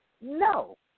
no